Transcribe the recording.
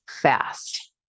fast